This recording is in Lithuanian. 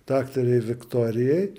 daktarei viktorijai